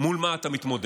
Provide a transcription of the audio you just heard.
מול מה אתה מתמודד.